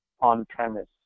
on-premise